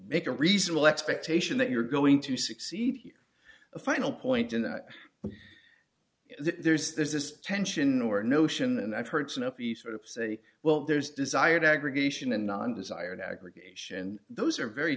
make a reasonable expectation that you're going to succeed here a final point in that there's there's this tension or notion and i've heard snuppy sort of say well there's desired aggregation and non desired aggregation those are very